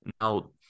Now